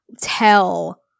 tell